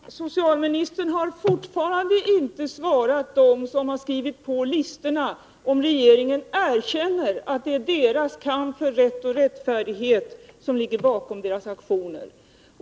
Fru talman! Socialministern har fortfarande inte svarat dem som har skrivit på listorna, om regeringen erkänner att det är en kamp för rätt och rättfärdighet som ligger bakom deras aktioner.